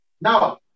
Now